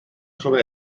sona